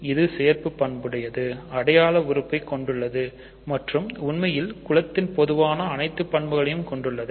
இது சேர்ப்பு பண்புடையது இது அடையாள உறுப்பை கொண்டுள்ளது மற்றும் உண்மையில் குலத்தின் பொதுவான அனைத்து பண்புகள் கொண்டு உள்ளது